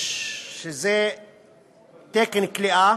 שזה תקן כליאה,